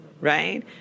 right